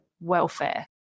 welfare